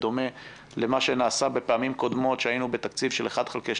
בדומה למה שנעשה בפעמים קודמות כאשר היינו בתקציב של 1/12,